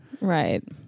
Right